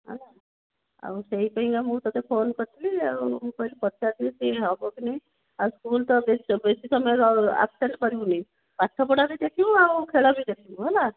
ହେଲା ଆଉ ସେଇଥିପାଇଁ ମୁଁ ତୋତେ ଫୋନ୍ କରିଥିଲି ଆଉ ମୁଁ କହିଲି ପଚାରିଦିଏ ହେବ କି ନାହିଁ ଆଉ ସ୍କୁଲ୍ ତ ବେଶୀ ବେଶୀ ସମୟ ଆବ୍ସେଣ୍ଟ୍ କରିବୁନି ପାଠପଢା ବି ଦେଖିବୁ ଆଉ ଖେଳ ବି ଦେଖିବୁ ହେଲା